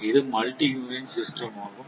இது multi unit system ஆகும்